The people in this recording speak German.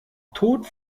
tod